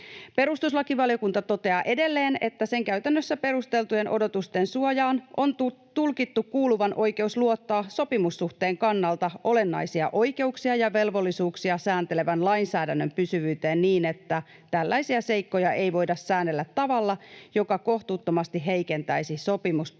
Perustuslakivaliokunta toteaa edelleen, että sen käytännössä perusteltujen odotusten suojaan on tulkittu kuuluvan oikeus luottaa sopimussuhteen kannalta olennaisia oikeuksia ja velvollisuuksia sääntelevän lainsäädännön pysyvyyteen niin, että tällaisia seikkoja ei voida säännellä tavalla, joka kohtuuttomasti heikentäisi sopimuspuolten